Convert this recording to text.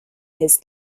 his